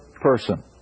person